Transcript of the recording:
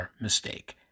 mistake